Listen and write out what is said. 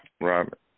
Robert